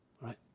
Right